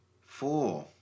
Four